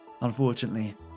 Unfortunately